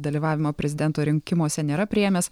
dalyvavimo prezidento rinkimuose nėra priėmęs